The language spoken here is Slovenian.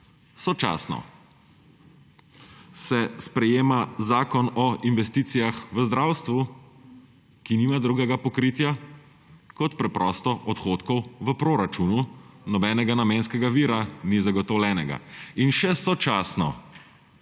Sočasno se sprejema Zakon o investicijah v zdravstvu, ki nima drugega pokritja kot preprosto odhodkov v proračunu, nobenega namenskega vira ni zagotovljenega in še sočasno